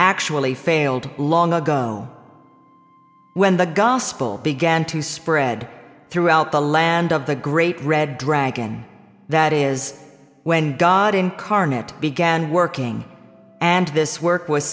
actually failed long ago when the gospel began to spread throughout the land of the great red dragon that is when god incarnate began working and this work was